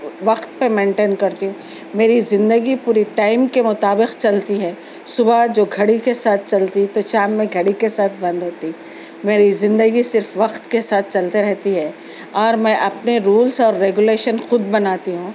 وقت پہ مینٹین کرتی ہوں میری زندگی پوری ٹائم کے مطابق چلتی ہے صُبح جو گھڑی کے ساتھ چلتی تو شام میں گھڑی کے ساتھ بند ہوتی میری زندگی صرف وقت کے ساتھ چلتے رہتی ہے اور میں اپنے رولس اور ریگولیشن خود بناتی ہوں